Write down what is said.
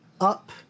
up